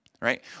right